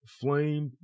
flame